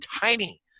tiny